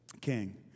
king